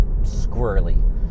squirrely